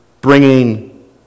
bringing